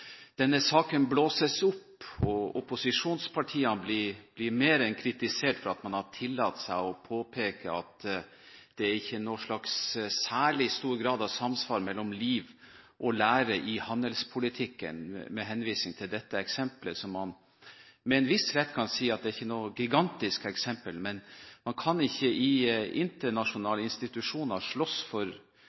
denne saken blåses opp, og opposisjonspartiene blir mer enn kritisert for at man har tillatt seg å påpeke at det ikke er noen særlig stor grad av samsvar mellom liv og lære i handelspolitikken, med henvisning til dette eksemplet. Man kan med en viss rett si at det er ikke noe gigantisk eksempel, men man kan ikke i internasjonale institusjoner slåss for